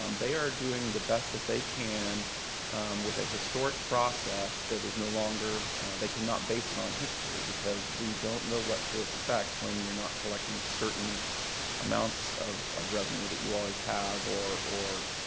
um they are doing the best that they can with an ah historic process that is no longer they cannot base it on history because we don't know what to expect when you're not collecting certain amounts of of revenue that you always have or or